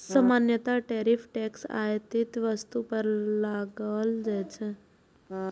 सामान्यतः tariff tax आयातित वस्तु पर लगाओल जाइ छै